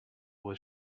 was